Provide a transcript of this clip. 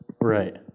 Right